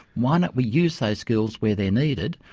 why don't we use those skills where they are needed?